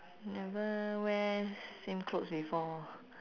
never wear same clothes before